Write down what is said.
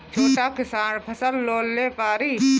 छोटा किसान फसल लोन ले पारी?